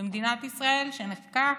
במדינת ישראל שנחקק,